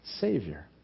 Savior